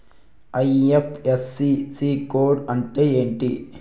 IFSC code అంటే ఏంటి?